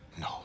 No